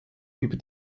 über